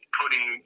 putting